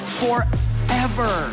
forever